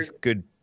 good